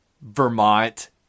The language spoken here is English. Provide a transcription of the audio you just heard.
Vermont